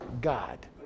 God